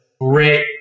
great